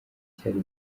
cyari